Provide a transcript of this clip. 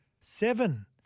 Seven